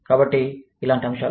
కాబట్టి ఇలాంటి అంశాలు